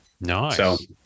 Nice